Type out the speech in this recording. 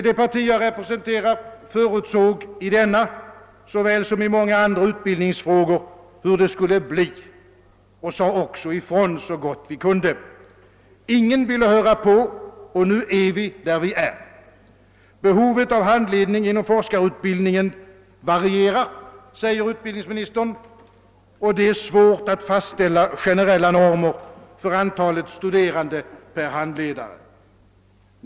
Det parti jag representerar förutsåg i denna såväl som i många andra utbildningsfrågor hur det skulle bli, och vi sade också ifrån så gott vi kunde. Ingen ville höra på, och nu är vi där vi är. Behovet av handledning inom forskarutbildningen varierar, och det är svårt att fastställa generella normer för antalet studerande per handledare, säger utbildningsministern.